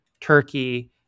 Turkey